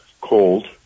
cold